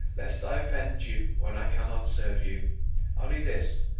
lest i offend you when i cannot serve you only this,